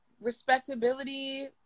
respectability